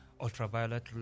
ultraviolet